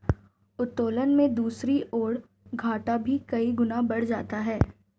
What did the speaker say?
उत्तोलन में दूसरी ओर, घाटा भी कई गुना बढ़ जाता है